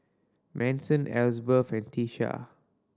Manson Elizbeth and Tisha